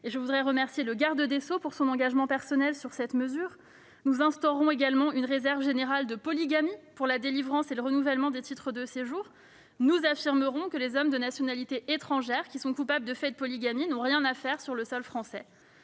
Je tiens à remercier le garde des sceaux pour son engagement personnel sur cette mesure. Nous instaurons également une réserve générale de polygamie pour la délivrance et le renouvellement des titres de séjour. Nous affirmons que les hommes de nationalité étrangère qui sont coupables de faits de polygamie n'ont rien à faire sur le sol français.